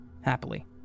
Happily